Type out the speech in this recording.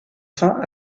fin